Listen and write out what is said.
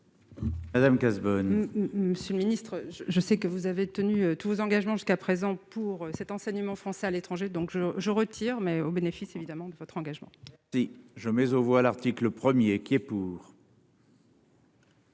Madame Cazebonne, monsieur le ministre. Je sais que vous avez tenus tous vos engagements jusqu'à présent pour cet enseignement français à l'étranger, donc je je retire mais au bénéfice évidemment de votre engagement. Je mais on voit l'article 1er qui est pour.